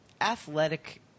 athletic